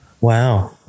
Wow